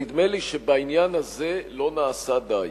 נדמה לי שבעניין הזה לא נעשה די.